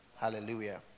Hallelujah